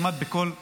כמעט בכל אירוע,